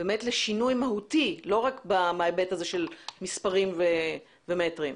לשינוי מהותי ולא רק מההיבט של מספרים ומטרים?